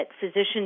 physicians